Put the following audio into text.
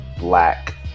black